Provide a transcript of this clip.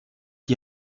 die